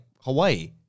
Hawaii